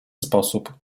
sposób